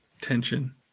tension